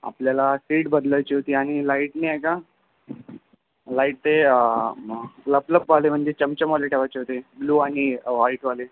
आपल्याला सीट बदलायची होती आणि लाईट नाही आहे का लाईट ते लपलपवाले म्हणजे चमचमवाले ठेवायचे होते लो आणि व्हाईटवाले